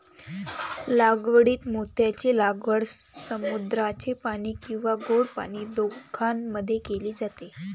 लागवडीत मोत्यांची लागवड समुद्राचे पाणी किंवा गोड पाणी दोघांमध्ये केली जाते